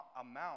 amount